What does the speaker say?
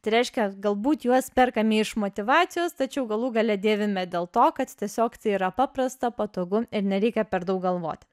tai reiškia galbūt juos perkame iš motyvacijos tačiau galų gale dėvime dėl to kad tiesiog tai yra paprasta patogu ir nereikia per daug galvoti